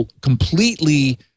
completely